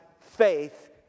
faith